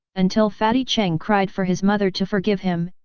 until fatty cheng cried for his mother to forgive him,